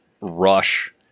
Rush